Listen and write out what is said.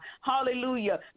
hallelujah